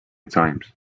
times